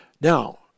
Now